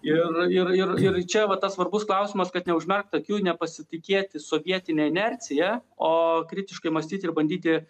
ir ir ir ir čia va tas svarbus klausimas kad neužmerkt akių nepasitikėti sovietine inercija o kritiškai mąstyti ir bandyti